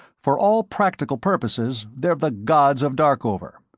for all practical purposes they're the gods of darkover.